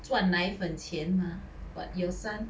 赚奶粉钱 mah but your son